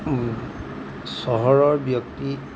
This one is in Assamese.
চহৰৰ ব্যক্তি